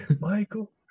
Michael